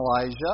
Elijah